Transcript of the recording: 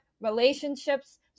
relationships